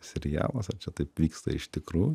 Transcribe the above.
serialas ar čia taip vyksta iš tikrųjų